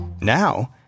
Now